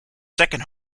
second